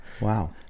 Wow